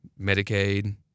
Medicaid